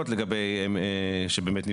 זה פתח לבעייתיות מאוד